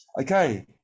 Okay